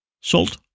Salt